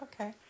Okay